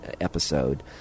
episode